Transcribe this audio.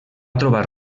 trobar